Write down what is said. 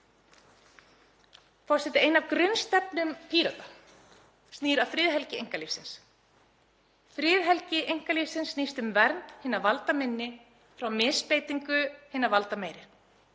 Einn þáttur í grunnstefnu Pírata snýr að friðhelgi einkalífsins. Friðhelgi einkalífsins snýst um vernd hinna valdaminni frá misbeitingu hinna valdameiri.